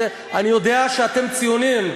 אני יודע שאתם ציונים.